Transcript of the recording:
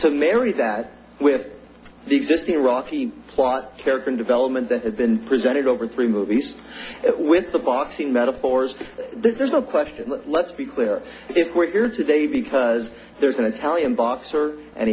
to marry that with the existing rocky plot character development that has been presented over three movies with the boxing metaphors there's no question let's be clear if we're here today because there's an italian boxer and